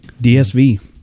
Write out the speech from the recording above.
DSV